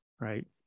Right